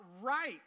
right